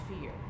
fear